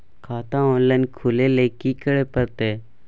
खाता ऑनलाइन खुले ल की करे परतै?